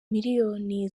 miliyoni